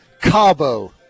Cabo